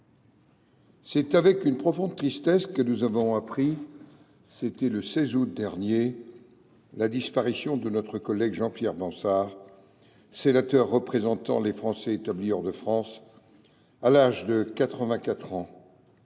c’est avec une profonde tristesse que nous avons appris, le 16 août dernier, la disparition de notre collègue Jean Pierre Bansard, sénateur représentant les Français établis hors de France, à l’âge de 84 ans,